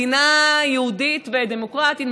מדינה יהודית ודמוקרטית,